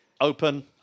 open